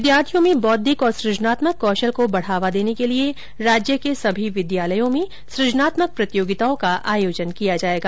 विद्यार्थियों में बौद्विक और सुजनात्मक कौशल को बढ़ावा देने के लिए राज्य के सभी विद्यालयों में सुजनात्मक प्रतियोगिताओं का आयोजन किया जायेगा